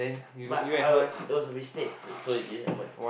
but I'll it was a mistake so it didn't happen